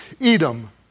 Edom